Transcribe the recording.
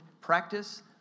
practice